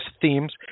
themes